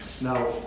Now